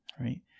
right